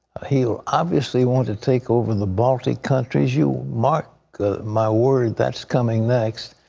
he will obviously want to take over the baltic countries. you mark my word, that is coming next.